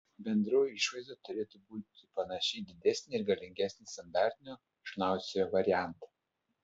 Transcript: bendroji išvaizda turėtų būti panaši į didesnį ir galingesnį standartinio šnaucerio variantą